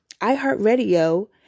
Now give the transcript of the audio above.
iHeartRadio